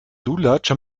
lulatsch